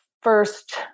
first